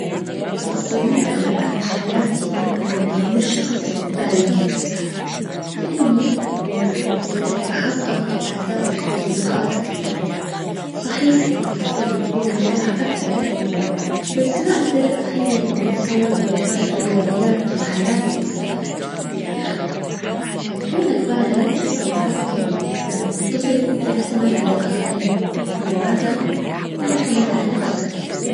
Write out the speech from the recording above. بفضل اعيش حياتي بعمر شخصبالغ لانيبقدر احقق اهداف وطموحات اكثرصحيح الطفلبيكون مرتاح اكثر بس ما اقدراتخيل اني اسوي واجبات الرياضيات طول حياتي كونك بالغ افضل لان الكفل يعتمد علي الاخرين اما البالغ يعتمد علي نفسه